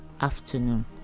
afternoon